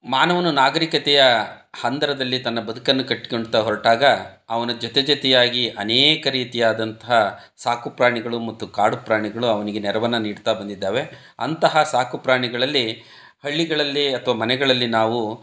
ಮಾನವನ ನಾಗರೀಕತೆಯ ಹಂದರದಲ್ಲಿ ತನ್ನ ಬದಕನ್ನು ಕಟ್ಟಿಕೊಳ್ತಾ ಹೊರಟಾಗ ಅವನ ಜೊತೆಜೊತೆಯಾಗಿ ಅನೇಕ ರೀತಿಯಾದಂತಹ ಸಾಕುಪ್ರಾಣಿಗಳು ಮತ್ತು ಕಾಡುಪ್ರಾಣಿಗಳು ಅವನಿಗೆ ನೆರವನ್ನು ನೀಡ್ತಾ ಬಂದಿದ್ದಾವೆ ಅಂತಹ ಸಾಕುಪ್ರಾಣಿಗಳಲ್ಲಿ ಹಳ್ಳಿಗಳಲ್ಲಿ ಅಥವಾ ಮನೆಗಳಲ್ಲಿ ನಾವು